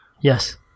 Yes